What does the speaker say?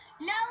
no